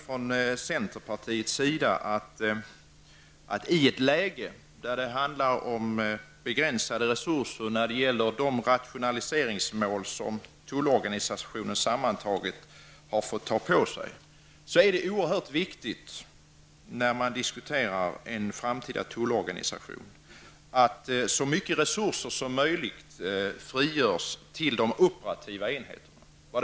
Från centerpartiets sida menar vi att i ett läge där det handlar om begränsade resurser till de rationaliseringsmål som tullorganisationen sammantaget har fått ta på sig, är det oerhört viktigt när man diskuterar en framtida tullorganisation att så mycket resurser som möjligt frigörs till de operativa enheterna.